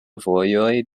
vojoj